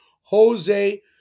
Jose